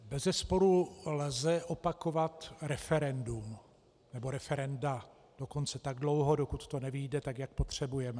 Bezesporu lze opakovat referendum, nebo referenda dokonce tak dlouho, dokud to nevyjde tak, jak to potřebujeme.